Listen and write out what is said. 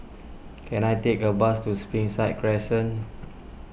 can I take a bus to Springside Crescent